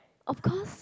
of course